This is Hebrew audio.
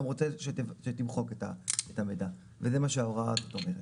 רוצה שתמחק את המידע' וזה מה שההוראה הזאת אומרת.